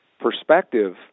perspective